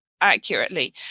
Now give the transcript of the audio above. accurately